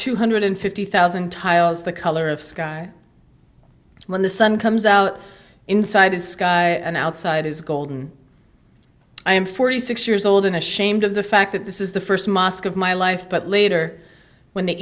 two hundred fifty thousand tiles the color of sky when the sun comes out inside the sky and outside is golden i am forty six years old and ashamed of the fact that this is the first mosque of my life but later when the